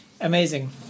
amazing